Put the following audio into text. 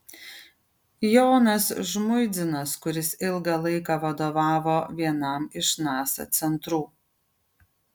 jonas žmuidzinas kuris ilgą laiką vadovavo vienam iš nasa centrų